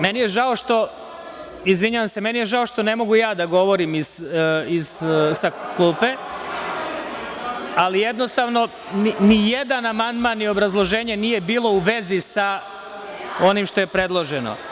Meni je žao što ne mogu ja da govorim iz klupe, ali jednostavno ni jedan amandman, ni obrazloženje nije bilo u vezi sa onim što je predloženo.